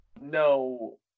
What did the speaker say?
No